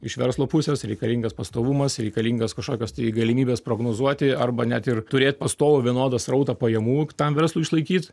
iš verslo pusės reikalingas pastovumas reikalingos kažkokios tai galimybės prognozuoti arba net ir turėt pastovų vienodą srautą pajamų tam verslui išlaikyt